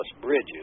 bridges